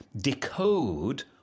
decode